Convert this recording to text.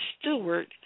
Stewart